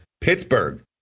Pittsburgh